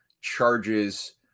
charges